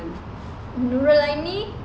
nurul aini